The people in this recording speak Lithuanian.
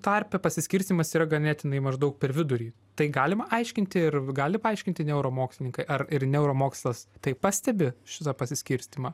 tarpe pasiskirstymas yra ganėtinai maždaug per vidurį tai galima aiškinti ir gali paaiškinti neuromokslininkai ar ir neuromokslas tai pastebi šitą pasiskirstymą